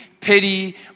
pity